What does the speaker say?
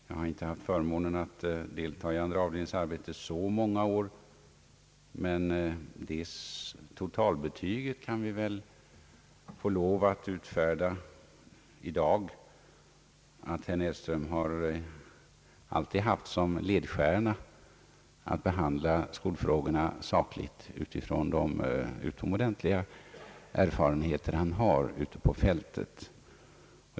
Jag har inte haft förmånen att tillhöra andra avdelningen så många år, men det totalbetyget kan jag väl få lov att utfärda i dag, att herr Näsström alltid haft som ledstjärna att behandla skolfrågorna sakligt utifrån de utomordentliga erfarenheter han har ute på fältet.